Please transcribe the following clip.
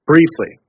Briefly